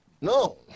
No